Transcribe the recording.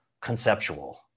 conceptual